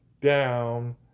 down